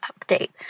update